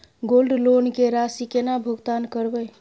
Gold loan के राशि केना भुगतान करबै?